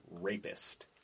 Rapist